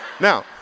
Now